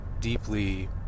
deeply